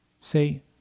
say